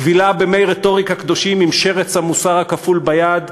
הטבילה במי רטוריקה קדושים עם שרץ המוסר הכפול ביד,